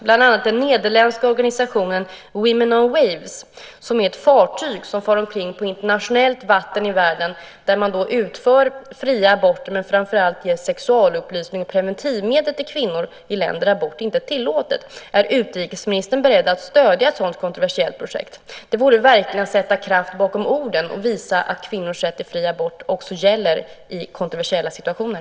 Bland annat den nederländska organisationen Women on waves har ett fartyg som far omkring på internationellt vatten i världen där man utför fria aborter men framför allt ger sexualupplysning och preventivmedel till kvinnor i länder där abort inte är tillåten. Är utrikesministern beredd att stödja ett sådan kontroversiellt projekt? Det vore verkligen att sätta kraft bakom orden och visa att kvinnors rätt till fri abort också gäller i kontroversiella situationer.